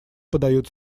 подает